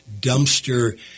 dumpster